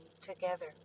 together